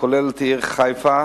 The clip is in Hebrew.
הכולל את העיר חיפה,